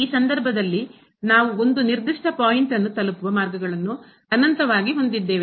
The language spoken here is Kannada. ಈ ಸಂದರ್ಭದಲ್ಲಿ ನಾವು ಒಂದು ನಿರ್ದಿಷ್ಟ ಪಾಯಿಂಟ್ ಅನ್ನು ತಲುಪುವ ಮಾರ್ಗಗಳನ್ನು ಅನಂತವಾಗಿ ಹೊಂದಿದ್ದೇವೆ